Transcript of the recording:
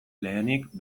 lehenik